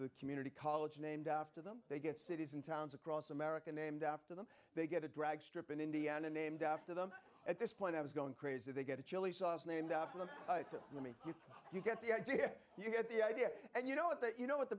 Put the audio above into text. the community college named after them they get cities and towns across america named after them they get a drag strip in indiana named after them at this point i was going crazy they get a chili sauce named after them in the me you get the idea you had the idea and you know it that you know what the